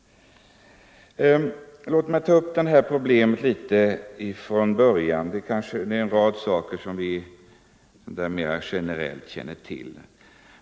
Låt mig ta upp detta problem från början. Det är en rad saker som vi mera generellt känner till.